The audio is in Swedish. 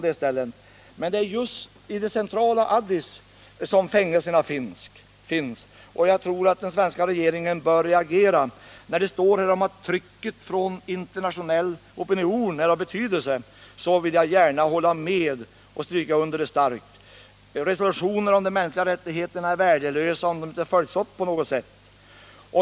Det är just i det centrala Addis Abeba som fängelserna finns. Jag tror att den svenska regeringen bör reagera. Det sägs i svaret att den svenska opinionen är av betydelse. Det vill jag gärna hålla med om och starkt stryka under. Resolutionerna om de mänskliga rättigheterna är värdelösa om de inte efterlevs.